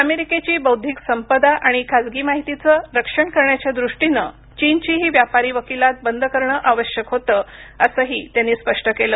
अमेरिकेची बौद्धिक संपदा आणि खासगी माहितीचं रक्षण करण्याच्या दृष्टीनं चीनची ही व्यापारी वकिलात बंद करणं आवश्य होतं असंही त्यांनी स्पष्ट केलं